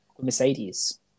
Mercedes